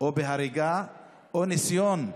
או בהריגה או ניסיון רצח.